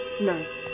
No